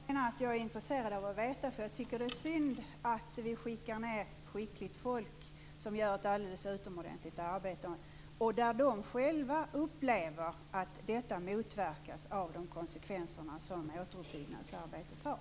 Herr talman! Anledningen till att jag är intresserad av att få information här är att jag tycker att det är synd om vi skickar ned skickliga personer som gör ett alldeles utomordentligt arbete och de själva upplever att detta motverkas av återuppbyggnadsarbetets konsekvenser.